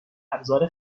ابزار